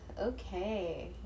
okay